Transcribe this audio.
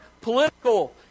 political